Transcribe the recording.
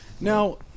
Now